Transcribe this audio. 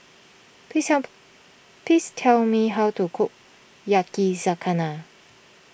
please help please tell me how to cook Yakizakana